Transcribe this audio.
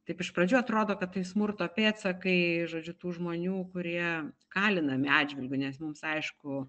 taip iš pradžių atrodo kad tai smurto pėdsakai žodžiu tų žmonių kurie kalinami atžvilgiu nes mums aišku